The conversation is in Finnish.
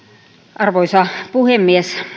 arvoisa puhemies